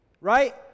right